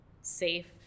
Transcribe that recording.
safe